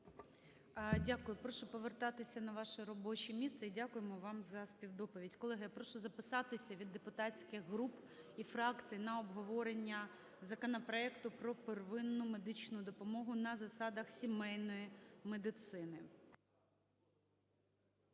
Дякую. Прошу повертатися на ваше робоче місце. І дякуємо вам за співдоповідь. Колеги, прошу записатися від депутатських груп і фракцій на обговорення законопроекту про первинну медичну допомогу на засадах сімейної медицини.